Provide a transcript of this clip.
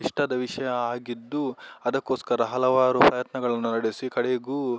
ಇಷ್ಟದ ವಿಷಯ ಆಗಿದ್ದು ಅದಕೋಸ್ಕರ ಹಲವಾರು ಪ್ರಯತ್ನಗಳನ್ನು ನಡೆಸಿ ಕಡೆಗೂ